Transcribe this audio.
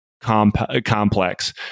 complex